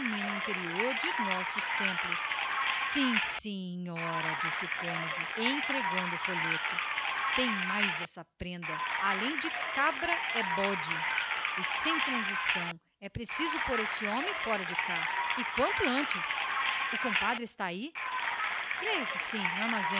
o interior de nossos templos sim senhora tem mais essa prenda resmungou entregando o folheto à velha além de cabra é bode e sem transição duro é preciso pôr esse homem fora de cá e quanto antes o compadre está aí creio que sim no